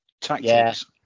tactics